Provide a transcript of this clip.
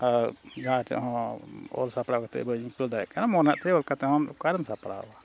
ᱟᱨ ᱡᱟᱦᱟᱸ ᱪᱮᱫ ᱦᱚᱸ ᱚᱞ ᱥᱟᱯᱲᱟᱣ ᱠᱟᱛᱮᱫ ᱵᱟᱹᱧ ᱟᱹᱭᱠᱟᱹᱣ ᱫᱟᱲᱮᱭᱟᱜ ᱠᱟᱱᱟ ᱚᱱᱟᱛᱮ ᱚᱞ ᱠᱟᱛᱮᱫ ᱦᱚᱸ ᱚᱠᱟᱨᱮᱢ ᱥᱟᱯᱲᱟᱣᱼᱟ